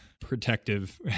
protective